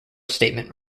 statement